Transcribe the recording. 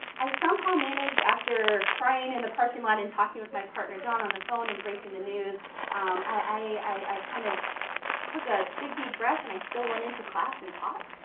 i somehow managed after crying in the parking lot and talking with my partner, john on the phone and breaking the news um i kind of took a big, deep breath and i still went into class and taught.